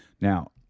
Now